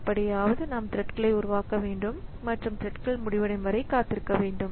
எப்படியாவது நாம் த்ரெட்களை உருவாக்க வேண்டும் மற்றும் த்ரெட்கள் முடிவடையும் வரை காத்திருக்க வேண்டும்